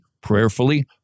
prayerfully